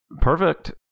Perfect